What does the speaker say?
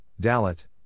Dalit